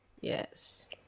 Yes